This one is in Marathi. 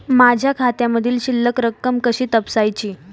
माझ्या खात्यामधील शिल्लक रक्कम कशी तपासायची?